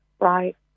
right